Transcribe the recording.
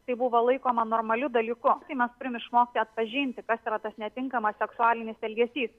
tai buvo laikoma normaliu dalyku tai mes turime išmokti atpažinti kas yra tas netinkamas seksualinis elgesys